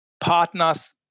partners